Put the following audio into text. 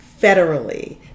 federally